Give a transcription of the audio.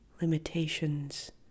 limitations